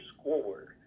schoolwork